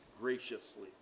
graciously